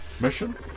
Mission